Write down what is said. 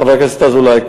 חבר הכנסת אזולאי,